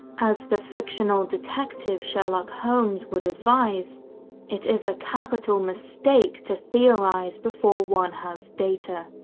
as the fictional detective, sherlock holmes, would advise it is a capital mistake to theorise before one has data.